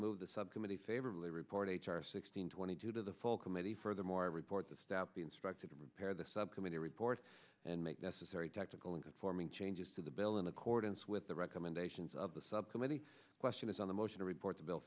move the subcommittee favorably report h r six hundred twenty two to the full committee furthermore report the staff be instructed to repair the subcommittee report and make necessary technical and conforming changes to the bill in accordance with the recommendations of the subcommittee question is on the motion to report the bil